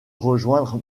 rejoindre